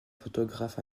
photographe